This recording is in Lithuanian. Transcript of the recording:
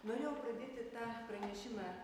norėjau pradėti tą pranešimą